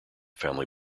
family